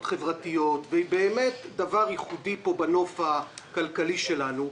חברתיות והיא באמת דבר ייחודי פה בנוף הכלכלי שלנו.